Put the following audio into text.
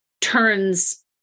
turns